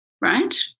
right